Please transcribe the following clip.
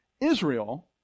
Israel